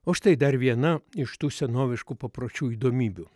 o štai dar viena iš tų senoviškų papročių įdomybių